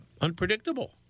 unpredictable